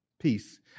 Peace